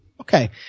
Okay